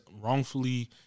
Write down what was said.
wrongfully